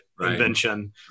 invention